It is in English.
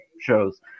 shows